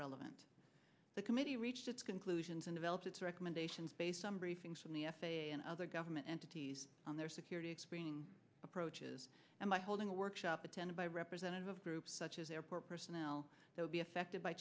relevant the committee reached its conclusions and developed its recommendations based on briefings from the f a a and other government entities on their security screening approaches and by holding a workshop attended by representative of groups such as airport personnel will be affected by